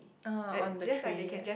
uh on the tray right